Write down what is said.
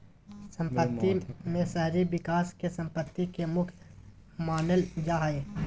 सम्पत्ति में शहरी विकास के सम्पत्ति के मुख्य मानल जा हइ